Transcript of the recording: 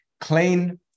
clean